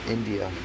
India